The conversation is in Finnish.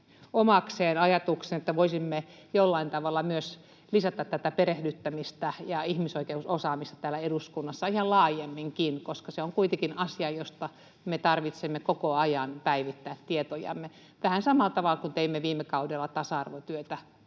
omakseen ajatuksen, että voisimme jollain tavalla myös lisätä tätä perehdyttämistä ja ihmisoikeusosaamista täällä eduskunnassa ihan laajemminkin, koska se on kuitenkin asia, josta meidän tarvitsee koko ajan päivittää tietojamme. Vähän samalla tavalla kuin teimme tasa-arvotyötä